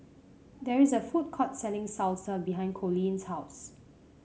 there is a food court selling Salsa behind Coleen's house